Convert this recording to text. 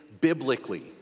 biblically